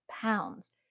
pounds